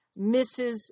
Mrs